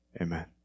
Amen